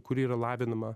kuri yra lavinama